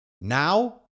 Now